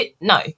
No